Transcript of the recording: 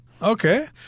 Okay